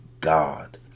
God